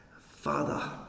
father